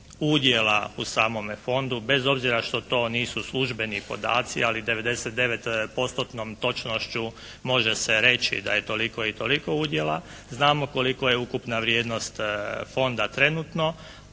udjela u samome fondu, bez obzira što to nisu službeni podaci, ali 99 postotnom točnošću može se reći da je toliko i toliko udjela, znamo koliko je ukupna vrijednost fonda trenutno,